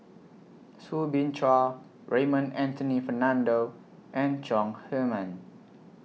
Soo Bin Chua Raymond Anthony Fernando and Chong Heman